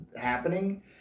happening